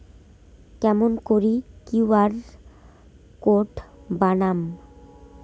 কেমন করি QR code বানাম?